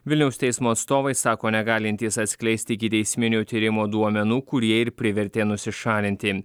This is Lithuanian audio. vilniaus teismo atstovai sako negalintys atskleisti ikiteisminio tyrimo duomenų kurie ir privertė nusišalinti